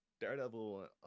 Daredevil